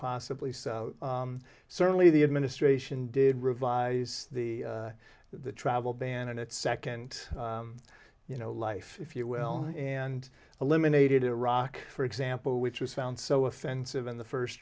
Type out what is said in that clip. possibly so certainly the administration did revise the the travel ban in its second you know life if you will and eliminated iraq for example which was found so offensive in the first